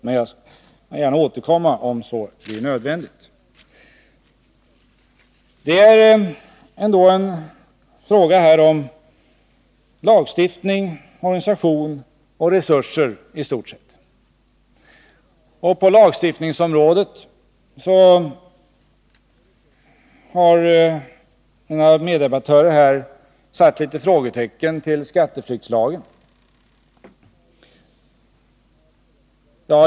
Men jag vill gärna återkomma om så blir nödvändigt. Det är i stort sett en fråga om lagstiftning, organisation och resurser. På lagstiftningsområdet har mina meddebattörer satt några frågetecken för skatteflyktslagen.